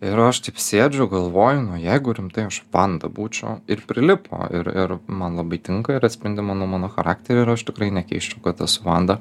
ir aš taip sėdžiu galvoju nu jeigu rimtai aš vanda būčiau ir prilipo ir ir man labai tinka ir atspindi mano mano charakterį ir aš tikrai nekeisčiau kad esu vanda